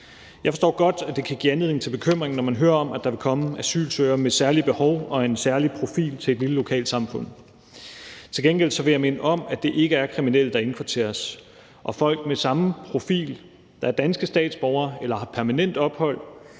Jeg forstår godt, at det kan give anledning til bekymring, når man hører om, at der vil komme asylansøgere med særlige behov og en særlig profil til et lille lokalsamfund. Til gengæld vil jeg minde om, at det ikke er kriminelle, der indkvarteres, og folk med samme profil, der er danske statsborgere eller har permanent ophold,